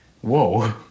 Whoa